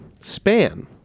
span